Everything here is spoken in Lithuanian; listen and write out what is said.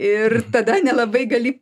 ir tada nelabai gali